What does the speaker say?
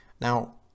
Now